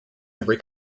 every